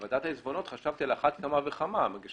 בוועדת העיזבונות חשבתי שעל אחת כמה וכמה כי יש